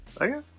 Okay